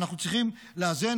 אנחנו צריכים לאזן.